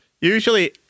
Usually